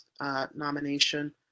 nomination